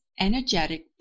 energetic